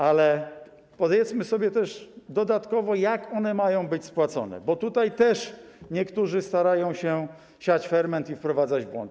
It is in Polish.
Ale powiedzmy sobie też dodatkowo, jak one mają być spłacone, bo tutaj też niektórzy starają się siać ferment i wprowadzać w błąd.